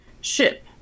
ship